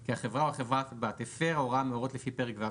כי החברה או חברת בת הפרה הוראה מהוראות לפי פרק ו'1,